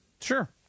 Sure